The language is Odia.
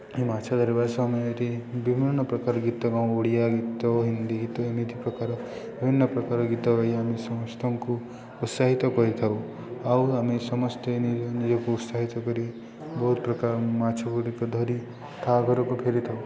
ମାଛ ଧରିବା ସମୟରେ ବିଭିନ୍ନପ୍ରକାର ଗୀତ ଗାଉ ଓଡ଼ିଆ ଗୀତ ହିନ୍ଦୀ ଗୀତ ଏମିତି ପ୍ରକାର ବିଭିନ୍ନପ୍ରକାର ଗୀତ ଗାଇ ଆମେ ସମସ୍ତଙ୍କୁ ଉତ୍ସାହିତ କରିଥାଉ ଆଉ ଆମେ ସମସ୍ତେ ନିଜ ନିଜକୁ ଉତ୍ସାହିତ କରି ବହୁତ ପ୍ରକାର ମାଛଗୁଡ଼ିକ ଧରି ତାହା ଘରକୁ ଫେରିଥାଉ